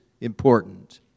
important